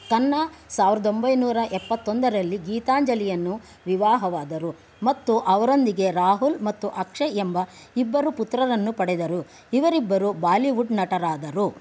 ಖನ್ನಾ ಸಾವಿರದ ಒಂಬೈನೂರ ಎಪ್ಪತ್ತೊಂದರಲ್ಲಿ ಗೀತಾಂಜಲಿಯನ್ನು ವಿವಾಹವಾದರು ಮತ್ತು ಅವರೊಂದಿಗೆ ರಾಹುಲ್ ಮತ್ತು ಅಕ್ಷಯ್ ಎಂಬ ಇಬ್ಬರು ಪುತ್ರರನ್ನು ಪಡೆದರು ಇವರಿಬ್ಬರು ಬಾಲಿವುಡ್ ನಟರಾದರು